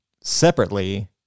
separately